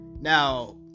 Now